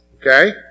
okay